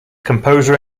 composer